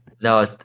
No